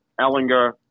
Ellinger